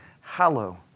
hallow